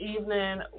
evening